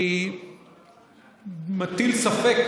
אני מטיל ספק,